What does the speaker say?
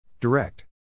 Direct